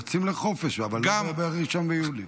יוצאים לחופש, אבל לא ב-1 ביולי.